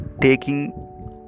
taking